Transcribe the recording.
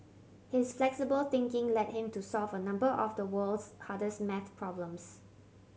his flexible thinking led him to solve a number of the world's hardest maths problems